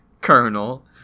colonel